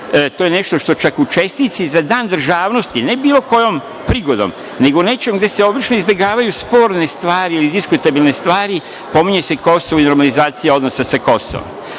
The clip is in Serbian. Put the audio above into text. to je nešto što čak u česnici za Dan državnosti ne bilo kojom prigodom, nego nečim gde se obično izbegavaju sporne stvari ili diskutabilne stvari, pominje se Kosovo i normalizacija odnosa sa Kosovom.